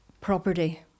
property